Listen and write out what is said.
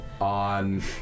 on